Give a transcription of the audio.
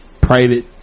Private